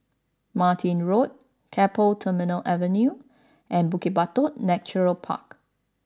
Martin Road Keppel Terminal Avenue and Bukit Batok Natural Park